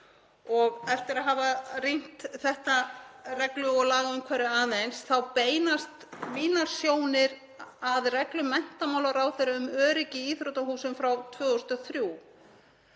Eftir að hafa rýnt þetta reglu- og lagaumhverfi aðeins þá beinast mínar sjónir að reglum menntamálaráðherra um öryggi í íþróttahúsum frá 2003.